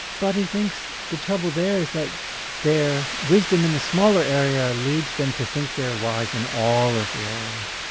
but he thinks the trouble there is that their wisdom in the smaller area leads them to think they're wise in all of the areas.